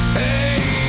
hey